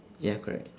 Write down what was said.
ya correct